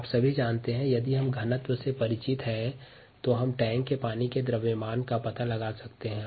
आप सभी जानते हैं कि यदि हम घनत्व जानते हैं तो हम टैंक में पानी के द्रव्यमान का पता लगा सकते हैं